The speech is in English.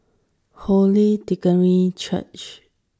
Holy Trinity Church